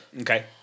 Okay